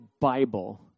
Bible